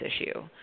issue